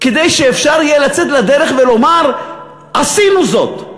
כדי שאפשר יהיה לצאת לדרך ולומר: עשינו זאת.